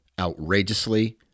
outrageously